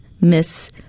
Miss